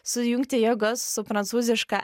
sujungti jėgas su prancūziška